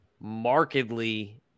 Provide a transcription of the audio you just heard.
markedly